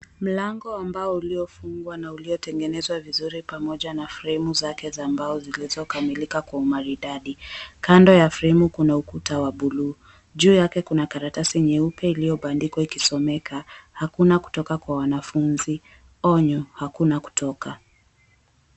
Mlango wa mbao uliofungwa na uliotengenezwa vizuri pamoja na fremu zake za mbao zilizokamilika kwa umaridadi. Kando ya fremu kuna ukuta wa buluu. Juu yake kuna karatasi nyeupe iliyobandikwa ikisomeka, "Hakuna kutoka kwa wanafunzi. Onyo! Hakuna kutoka".